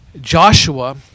Joshua